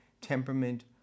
temperament